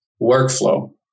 workflow